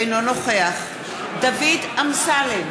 אינו נוכח דוד אמסלם,